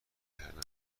کردم